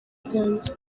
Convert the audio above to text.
byanjye